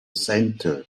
centre